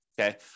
okay